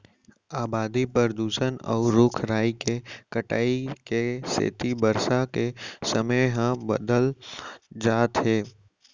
अबादी, परदूसन, अउ रूख राई के कटाई के सेती बरसा के समे ह बदलत जात हे